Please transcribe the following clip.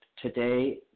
Today